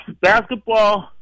Basketball